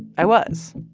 i was.